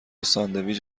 ساندویچ